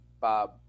Bob